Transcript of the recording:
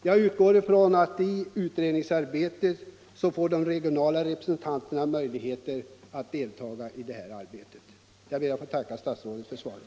Jag utgår ifrån att de regionala representanterna får möjligheter att deltaga I utredningsarbetet. Jag ber till slut att få tacka statsrådet för svaret.